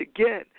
again